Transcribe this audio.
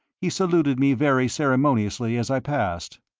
he saluted me very ceremoniously as i passed.